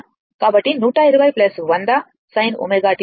కాబట్టి 120 100 sin ω t volt